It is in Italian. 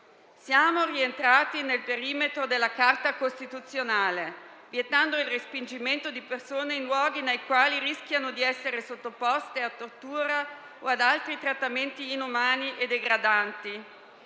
Siamo rientrati nel perimetro della Carta costituzionale, vietando il respingimento di persone in luoghi nei quali rischiano di essere sottoposte a tortura o ad altri trattamenti inumani e degradanti.